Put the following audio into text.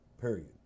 Period